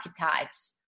archetypes